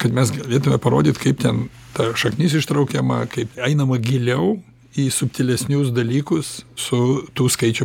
kad mes galėtumėm parodyt kaip ten ta šaknis ištraukiama kaip einama giliau į subtilesnius dalykus su tų skaičių